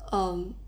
um